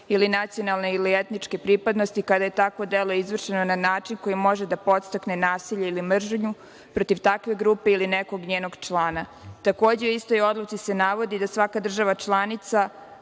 ili nacionalne ili etničke pripadnosti kada je takvo delo izvršeno na način koji može da podstakne nasilje ili mržnju protiv takve grupe ili nekog njenog člana. Takođe, u istoj odluci se navodi da svaka država članica